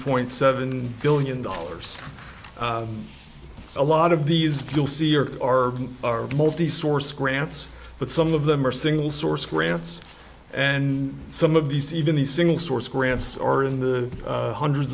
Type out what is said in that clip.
point seven billion dollars a lot of these you'll see here are our multi source grants but some of them are single source grants and some of these even the single source grants or in the hundreds